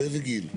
באיזה גיל?